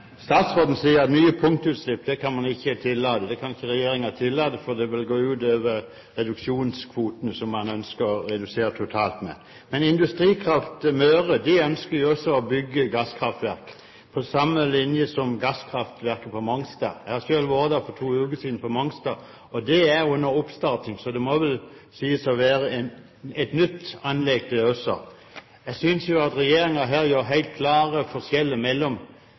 Statsråden sier at nye punktutslipp kan ikke regjeringen tillate, for det vil gå ut over kvoten man ønsker å redusere totalt. Men Industrikraft Møre ønsker jo også å bygge gasskraftverk, på samme måte som gasskraftverket på Mongstad – jeg har selv vært på Mongstad for to uker siden. Det er under oppstarting, så det må vel sies å være et nytt anlegg, det også. Jeg synes at regjeringen her helt klart gjør